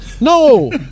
No